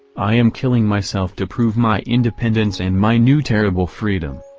i am killing myself to prove my independence and my new terrible freedom.